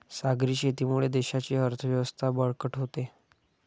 सागरी शेतीमुळे देशाची अर्थव्यवस्था बळकट होते